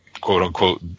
quote-unquote